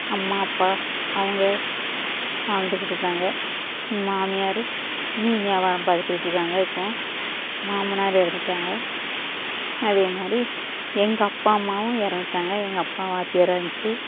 அம்மா அப்பா அவங்க வாழ்ந்துகிட்டு இருந்தாங்க மாமியார் மீன் வியாபாரம் பார்த்துகிட்டு இருக்காங்க இப்போது மாமனார் இறந்துட்டாங்க அதே மாதிரி எங்கள் அப்பா அம்மாவும் இறந்துட்டாங்க எங்கள் அப்பா வாத்தியாராக இருந்துச்சு